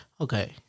Okay